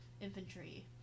infantry